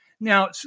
Now